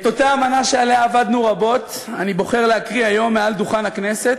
את אותה אמנה שעליה עבדנו רבות אני בוחר להקריא היום מעל דוכן הכנסת.